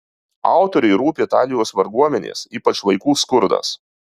autoriui rūpi italijos varguomenės ypač vaikų skurdas